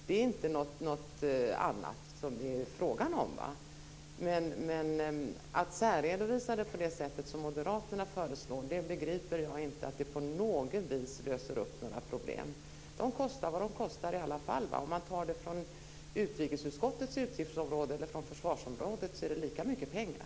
Det är inte fråga om något annat. Men jag begriper inte att moderaternas förslag om att särredovisa detta på något sätt löser några problem. De kostar vad de kostar i alla fall. Oavsett om man tar det från utrikesutskottets utgiftsområde eller från försvarsområdet så är det lika mycket pengar.